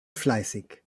fleißig